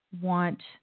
want